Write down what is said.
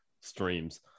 streams